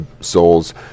souls